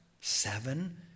Seven